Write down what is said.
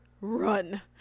run